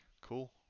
cool